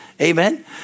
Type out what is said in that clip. Amen